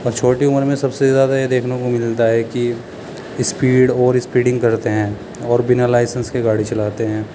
اور چھوٹی عمر میں سب سے زیادہ یہ دیکھنے کو ملتا ہے کہ اسپیڈ اوور اسپیڈنگ کرتے ہیں اور بنا لائسینس کے گاڑی چلاتے ہیں